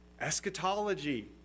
eschatology